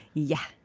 yeah.